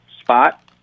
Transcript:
spot